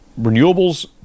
renewables